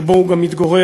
שבו הוא גם מתגורר,